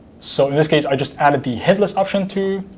so in this case, i just added the headless option to